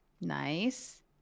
nice